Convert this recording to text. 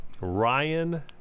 Ryan